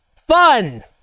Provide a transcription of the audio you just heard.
Fun